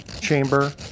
chamber